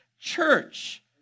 church